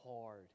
hard